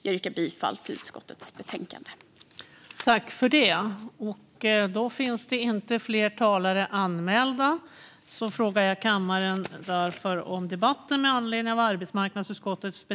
Jag yrkar bifall till utskottets förslag.